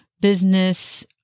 business